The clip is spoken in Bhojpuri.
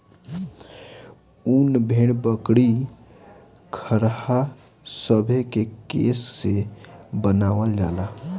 उन भेड़, बकरी, खरहा सभे के केश से बनावल जाला